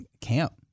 Camp